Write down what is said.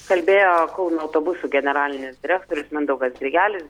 kalbėjo kauno autobusų generalinis direktorius mindaugas grigelis